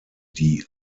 die